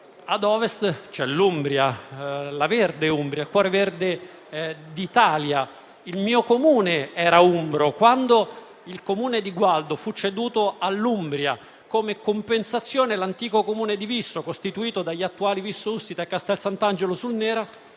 ad Ovest c'è l'Umbria, la verde Umbria, il cuore verde d'Italia. Il mio Comune era umbro. Quando il Comune di Gualdo fu ceduto all'Umbria come compensazione, l'antico Comune di Visso, costituito dagli attuali Visso Ussita e Castelsantangelo sul Nera,